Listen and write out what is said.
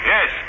Yes